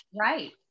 Right